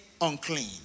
unclean